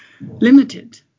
limited